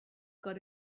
got